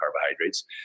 carbohydrates